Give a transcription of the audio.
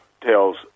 tells